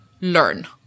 learn